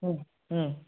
হুঁঃ হুঁ